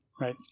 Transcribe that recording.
right